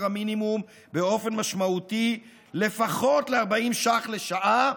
המינימום באופן משמעותי לפחות ל-40 ש"ח לשעה,